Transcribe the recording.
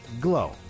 glow